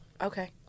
Okay